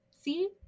See